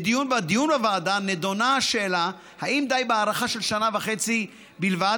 בדיון בוועדה נדונה השאלה אם די בהארכה של שנה וחצי בלבד,